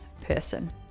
person